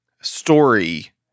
story